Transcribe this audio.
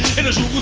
it wasn't